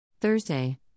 Thursday